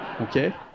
okay